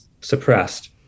suppressed